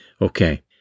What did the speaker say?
Okay